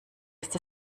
ist